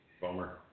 Bummer